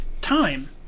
time